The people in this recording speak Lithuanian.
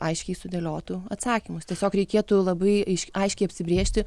aiškiai sudėliotų atsakymus tiesiog reikėtų labai aiškiai apsibrėžti